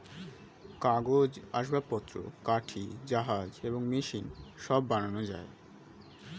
কাগজ, আসবাবপত্র, কাঠি, জাহাজ এবং মেশিন সব বানানো যায়